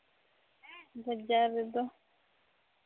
ᱵᱟᱡᱟᱨ ᱨᱮᱫᱚ